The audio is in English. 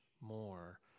more